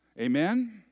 Amen